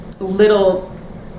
little